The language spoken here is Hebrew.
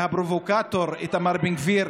והפרובוקטור איתמר בן גביר,